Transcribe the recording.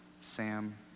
Sam